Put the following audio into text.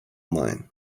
mine